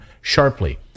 sharply